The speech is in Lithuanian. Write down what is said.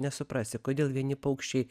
nesuprasi kodėl vieni paukščiai